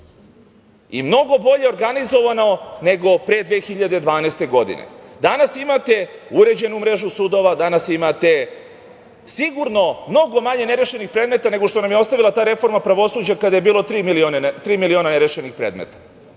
i mnogo bolje organizovano nego pre 2012. godine. Danas imate uređenu mrežu sudova, danas imate sigurno mnogo manje nerešenih predmeta nego što nam je ostavila ta reforma pravosuđa kada je bilo tri miliona nerešenih predmeta. Ono